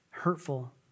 Hurtful